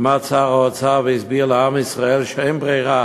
עמד שר האוצר והסביר לעם ישראל שאין ברירה